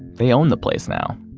they own the place now.